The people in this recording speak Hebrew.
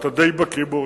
אתה די בקי בו,